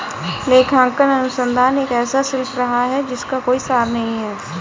लेखांकन अनुसंधान एक ऐसा शिल्प रहा है जिसका कोई सार नहीं हैं